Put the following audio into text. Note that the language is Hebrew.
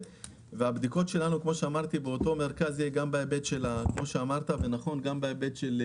והבדיקות שלנו באותו מרכז יהיו גם מההיבט שכל מה